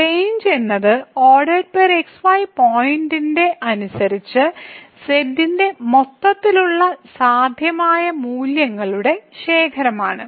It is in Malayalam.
റേഞ്ച് എന്നത് xy പോയിന്റിന്റെ അനുസരിച്ച് z ന്റെ മൊത്തത്തിലുള്ള സാധ്യമായ മൂല്യങ്ങളുടെ ശേഖരമാണ്